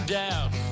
doubt